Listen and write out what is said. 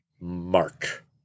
mark